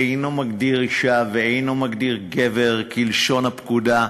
אינו מגדיר אישה ואינו מגדיר גבר, כלשון הפקודה.